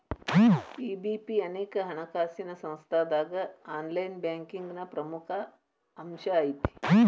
EBP ಅನೇಕ ಹಣಕಾಸಿನ್ ಸಂಸ್ಥಾದಾಗ ಆನ್ಲೈನ್ ಬ್ಯಾಂಕಿಂಗ್ನ ಪ್ರಮುಖ ಅಂಶಾಐತಿ